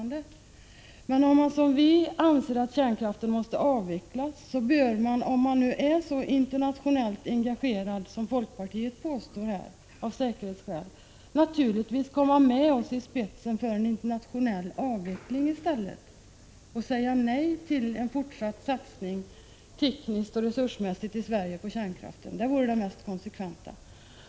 Om man i folkpartiet, liksom vi gör, anser att kärnkraften måste avvecklas, då bör man naturligtvis — om folkpartiet nu är så internationellt engagerat i säkerhetsfrågor som man påstår sig vara — komma med oss i spetsen för en internationell avveckling och säga nej till en fortsatt teknologisk och resursmässig satsning på kärnkraften. Det vore det mest konsekventa.